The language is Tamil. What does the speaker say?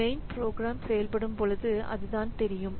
மெயின் புரோகிராம் செயல்படும் பொழுது அதுதான் தெரியும்